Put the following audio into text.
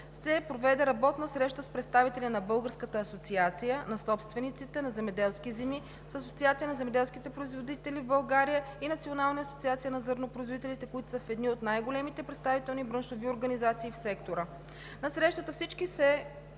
се проведе работна среща с представители на Българската асоциация на собствениците на земеделски земи, с Асоциацията на земеделските производители в България и Националната асоциация на зърнопроизводителите, които са едни от най-големите представителни браншови организации в сектора. На срещата всички се